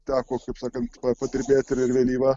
teko kaip sakant padirbėti ir vėlyvą